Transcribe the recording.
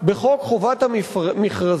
בחוק חובת המכרזים,